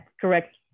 correct